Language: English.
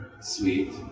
sweet